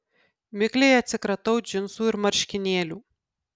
mikliai atsikratau džinsų ir marškinėlių